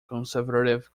conservative